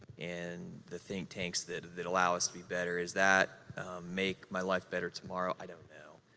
and the think tanks that that allow us to be better. is that make my life better tomorrow, i don't know.